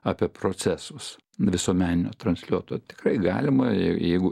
apie procesus visuomeninio transliuotojo tikrai galima jeigu